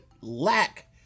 Lack